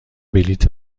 بلیط